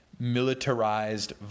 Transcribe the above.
militarized